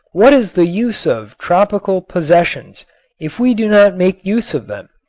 what is the use of tropical possessions if we do not make use of them?